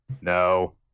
No